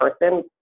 person